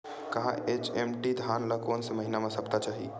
HMT धान ल कोन से महिना म सप्ता चाही?